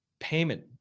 payment